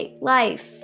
life